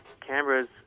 Canberra's